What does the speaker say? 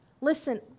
Listen